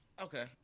Okay